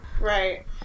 Right